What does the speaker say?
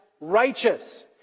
Righteous